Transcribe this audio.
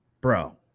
Bro